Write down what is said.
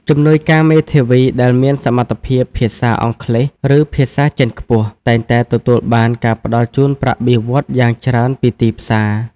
ជំនួយការមេធាវីដែលមានសមត្ថភាពភាសាអង់គ្លេស ឬភាសាចិនខ្ពស់ តែងតែទទួលបានការផ្តល់ជូនប្រាក់បៀវត្សរ៍យ៉ាងច្រើនពីទីផ្សារ។